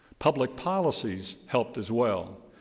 public policies helped, as well.